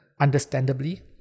understandably